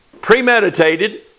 premeditated